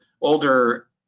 older